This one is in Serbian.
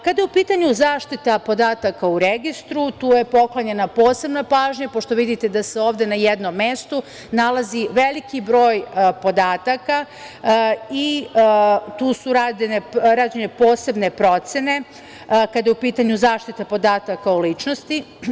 Kada je u pitanju zaštita podataka u registru, tu je poklonjena posebna pažnja, pošto vidite da se ovde na jednom mestu nalazi veliki broj podataka i tu su rađene posebne procene kada je u pitanju zaštita podataka o ličnosti.